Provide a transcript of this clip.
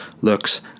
looks